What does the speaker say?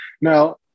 Now